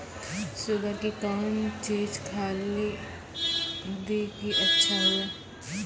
Sugar के कौन चीज खाली दी कि अच्छा हुए?